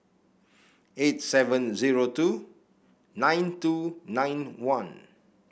eight seven zero two nine two nine one